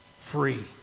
free